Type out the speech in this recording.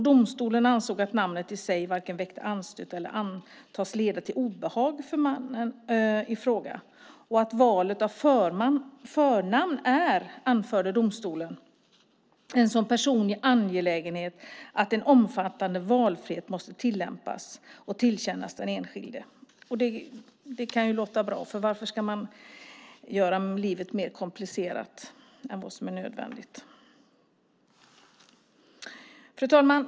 Domstolen ansåg att namnet i sig varken väcker anstöt eller antas leda till obehag för mannen i fråga och att valet av förnamn är, anförde domstolen, en så personlig angelägenhet att en omfattande valfrihet måste tillämpas och tillerkännas den enskilde. Det låter bra, för varför ska man göra livet mer komplicerat än nödvändigt?